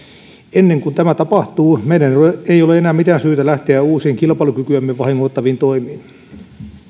ennen kuin tämä tapahtuu meidän ei ole enää mitään syytä lähteä uusiin kilpailukykyämme vahingoittaviin toimiin